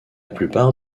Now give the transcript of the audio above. plupart